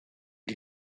the